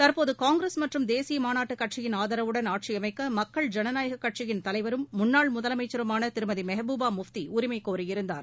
தற்போது காங்கிரஸ் மற்றும் தேசிய மாநாட்டுக் கட்சியின் ஆதரவுடன் ஆட்சி அமைக்க மக்கள் ஜனநாயக கட்சியின் தலைவரும் முன்னாள் முதலமைச்சருமான திருமதி மெஹ்பூபா முப்தி உரிமை கோரியிருந்தார்